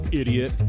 idiot